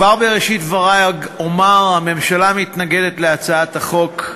כבר בראשית דברי אומר שהממשלה מתנגדת להצעת החוק.